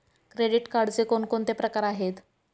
Credit कार्डचे कोणकोणते प्रकार आहेत?